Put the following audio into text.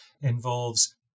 involves